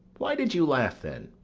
why did you laugh then,